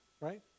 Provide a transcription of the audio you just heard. right